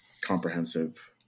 comprehensive